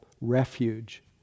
refuge